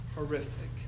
horrific